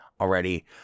already